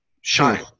shine